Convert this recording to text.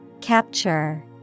Capture